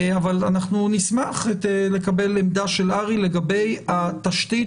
אבל אנחנו נשמח לקבל את עמדת הר"י לגבי התשתית